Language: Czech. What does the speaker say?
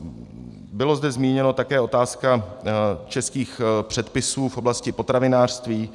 Byla zde zmíněna také otázka českých předpisů v oblasti potravinářství.